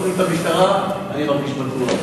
המעמד של הקרקעות האלה נמצא בדיונים משפטיים.